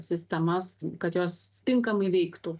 sistemas kad jos tinkamai veiktų